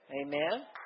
amen